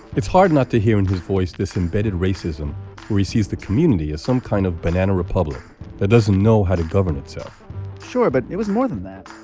it's hard not to hear in his voice this embedded racism where he sees the community as some kind of banana republic that doesn't know how to govern itself sure, but it was more than that.